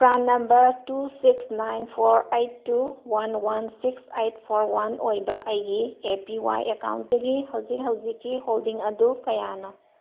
PRAN number two six nine four eight two one one six eight four one ꯑꯣꯏꯕ ꯑꯩꯒꯤ A P Y ꯑꯦꯀꯥꯎꯟꯇꯒꯤ ꯍꯧꯖꯤꯛ ꯍꯧꯖꯤꯛꯀꯤ holding ꯑꯗꯨ ꯀꯌꯥꯅꯣ